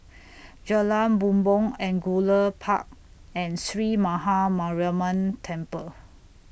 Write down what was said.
Jalan Bumbong Angullia Park and Sree Maha Mariamman Temple